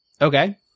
okay